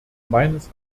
meines